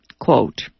quote